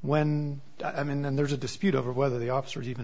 when i mean there's a dispute over whether the officers even